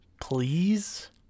Please